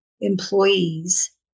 employees